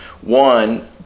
one